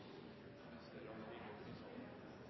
neste stortingsperiode? Kanskje er det